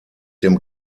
dem